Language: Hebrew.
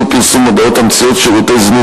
איסור פרסום מודעות המציעות שירותי זנות),